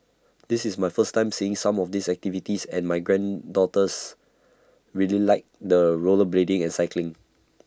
this is my first time seeing some of these activities and my granddaughters really liked the rollerblading and cycling